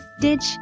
ditch